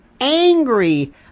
angry